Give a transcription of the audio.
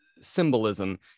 symbolism